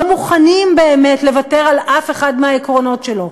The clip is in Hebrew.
ולא מוכנים לוותר באמת על אף אחד מהעקרונות שלו?